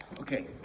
Okay